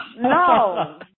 No